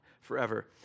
forever